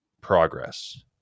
progress